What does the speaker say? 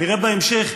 נראה בהמשך,